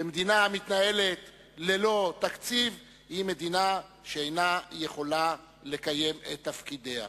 ומדינה המתנהלת ללא תקציב היא מדינה שאינה יכולה לקיים את תפקידיה.